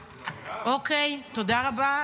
אוקיי, תודה רבה.